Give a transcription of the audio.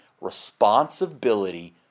responsibility